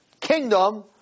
kingdom